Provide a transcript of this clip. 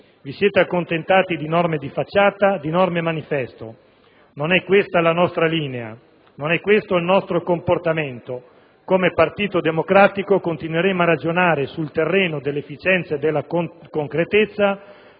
Vi siete accontentati di norme di facciata, di norme‑manifesto. Non è questa la nostra linea; non è questo il nostro comportamento. Come Partito Democratico, continueremo a ragionare sul terreno dell'efficienza e della concretezza,